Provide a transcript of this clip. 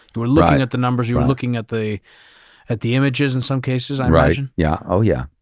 you were looking at the numbers, you were looking at the at the images in some cases, i imagine. yeah oh, yeah.